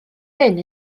hyn